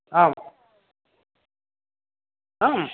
आम् आम्